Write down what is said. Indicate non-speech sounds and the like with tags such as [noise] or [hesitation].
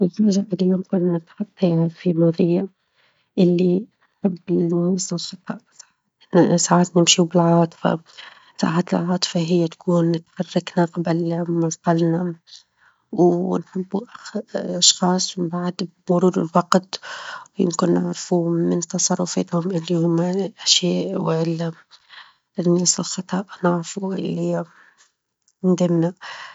الحاجة اللي يمكن نتخطاها في ماظيا اللي [hesitation] نحب الناس الخطأ، ساعات -ن- نمشي، وبالعاطفة ساعات العاطفة هى تكون تحركنا قبل معقلنا، ونحبو -أخ- أشخاص، ومن بعد مرور الوقت، ويمكن نعرفوا من تصرفاتهم اللى هما يعنى -الأشياء- ،والا الناس الخطأ، نعرفوا اللي [hesitation] ندمنا.